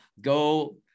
go